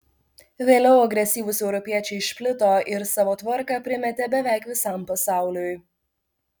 vėliau agresyvūs europiečiai išplito ir savo tvarką primetė beveik visam pasauliui